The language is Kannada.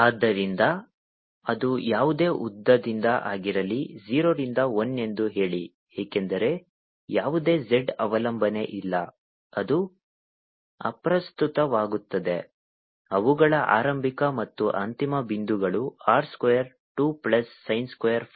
ಆದ್ದರಿಂದ ಅದು ಯಾವುದೇ ಉದ್ದದಿಂದ ಆಗಿರಲಿ 0 ರಿಂದ 1 ಎಂದು ಹೇಳಿ ಏಕೆಂದರೆ ಯಾವುದೇ z ಅವಲಂಬನೆ ಇಲ್ಲ ಅದು ಅಪ್ರಸ್ತುತವಾಗುತ್ತದೆ ಅವುಗಳ ಆರಂಭಿಕ ಮತ್ತು ಅಂತಿಮ ಬಿಂದುಗಳು R square 2 plus sin square phi